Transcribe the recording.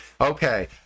okay